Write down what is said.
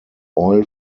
oil